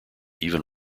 even